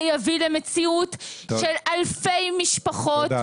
זה יביא למציאות של אלפי משפחות שנגמרות.